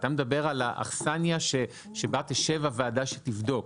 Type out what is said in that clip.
אתה מדבר על האכסנייה שבה תשב הוועדה שתבדוק,